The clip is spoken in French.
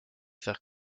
faire